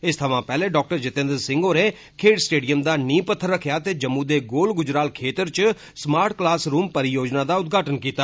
इस थमां पैहले डाक्टर जितेन्द्र सिंह होरें खेड्ड स्टेडियम दा नींह पत्थर रखेआ ते जम्मू दे गोल गुजराल खेत्तर च स्मार्ट क्लास रुम परियोजना दा उदघाटन कीता